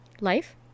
Life